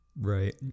Right